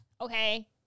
okay